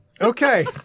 Okay